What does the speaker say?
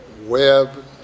web